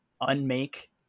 unmake